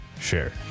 Share